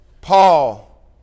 Paul